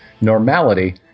normality